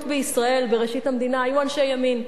בישראל בראשית המדינה היו אנשי ימין,